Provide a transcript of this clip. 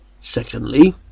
Secondly